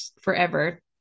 forever